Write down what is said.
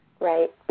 Right